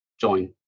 join